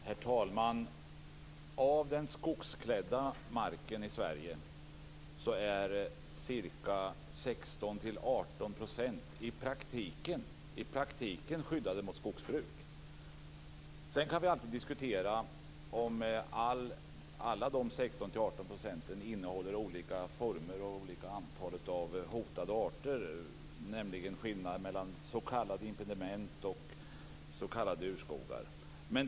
Herr talman! Ca 16-18 % av den skogsklädda marken i Sverige är i praktiken skyddad mot skogsbruk. Sedan kan vi alltid diskutera om alla de 16-18 procenten mark innehåller olika former och olika antal av hotade arter. Det gäller då skillnaden mellan s.k. impediment och s.k. urskogar.